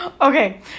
Okay